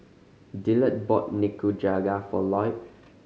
Dillard bought Nikujaga for Lloyd